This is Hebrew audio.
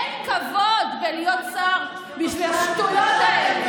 אין כבוד בלהיות שר בשביל השטויות האלה.